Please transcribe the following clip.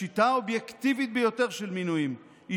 השיטה אובייקטיבית ביותר של מינויים היא